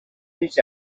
his